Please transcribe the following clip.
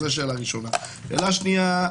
שאלה שנייה,